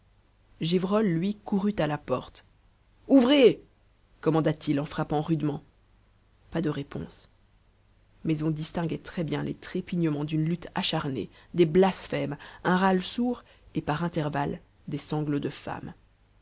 gévrol lui courut à la porte ouvrez commanda-t-il en frappant rudement pas de réponse mais on distinguait très-bien les trépignements d'une lutte acharnée des blasphèmes un râle sourd et par intervalles des sanglots de femme